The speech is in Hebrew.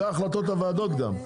זה החלטות הוועדות גם,